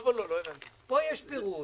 פה יש פירוט